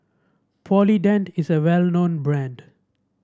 Polident is a well known brand